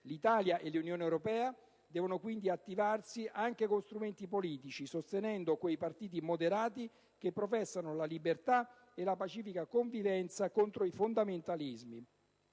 L'Italia e l'Unione europea devono quindi attivarsi anche con strumenti politici, sostenendo quei partiti moderati che professano la libertà e la pacifica convivenza contro i fondamentalismi;